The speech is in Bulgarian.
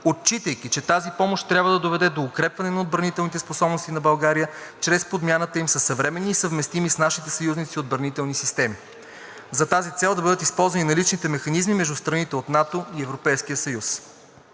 отчитайки, че тази помощ трябва да доведе до укрепване на отбранителните способности на България чрез подмяната им със съвременни и съвместими с нашите съюзници отбранителни системи. За тази цел да бъдат използвани наличните механизми между страните от НАТО и Европейския съюз.